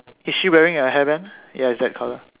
is she wearing a hairband ya is that color